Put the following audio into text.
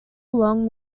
along